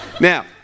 Now